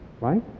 right